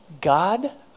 God